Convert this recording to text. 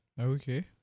Okay